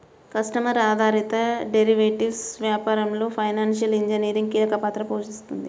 customer ఆధారిత derivatives వ్యాపారంలో financial engineering కీలక పాత్ర పోషిస్తుంది